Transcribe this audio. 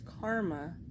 karma